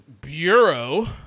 Bureau